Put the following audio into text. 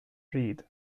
reed